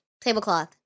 tablecloth